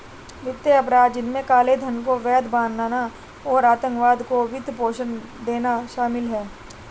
वित्तीय अपराध, जिनमें काले धन को वैध बनाना और आतंकवाद को वित्त पोषण देना शामिल है